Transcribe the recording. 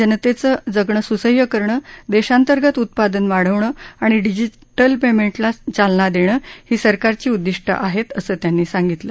जनतेचं जगणं सुसह्य करणं देशांतर्गत उत्पादन वाढवणं आणि डिजीटल पेंमेटला चालना देणं ही सरकारची उद्दिष्टं आहेत असं त्यांनी सांगितलं